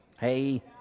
Hey